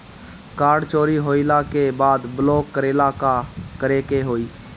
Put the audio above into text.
Card चोरी होइला के बाद ब्लॉक करेला का करे के होई?